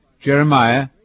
Jeremiah